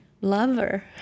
lover